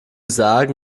sagen